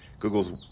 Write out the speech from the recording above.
Google's